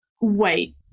wait